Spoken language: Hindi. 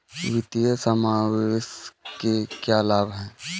वित्तीय समावेशन के क्या लाभ हैं?